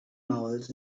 novels